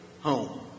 home